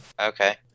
Okay